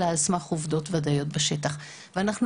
אלא על סמך עובדות מדעיות בשטח." ואנחנו